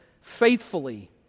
faithfully